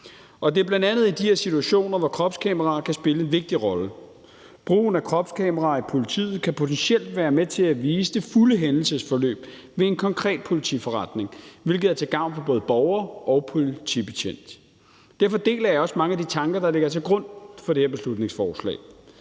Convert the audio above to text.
det er bl.a. i de her situationer, hvor kropskameraer kan spille en vigtig rolle. Brugen af kropskameraer i politiet kan potentielt være med til at vise det fulde hændelsesforløb ved en konkret politiforretning, hvilket er til gavn for både borgere og politibetjente. Derfor deler jeg også mange af de tanker, der ligger til grund for det her beslutningsforslag.